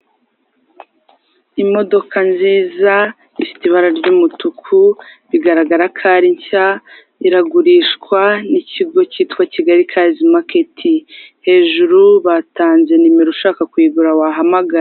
Imodoka nziza ifite ibara ry'umutuku bigaragara ko ari nshya iragurishwa n'ikigo cyitwa Kigali kazi maketi. Hejuru batanze nimero ushaka kuyigura wahamagara.